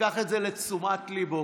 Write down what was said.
ייקח את זה לתשומת ליבו.